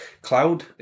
cloud